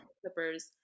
Clippers